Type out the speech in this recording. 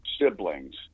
siblings